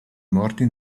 morti